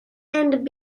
and